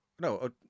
no